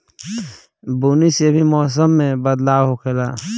बुनी से भी मौसम मे बदलाव होखेले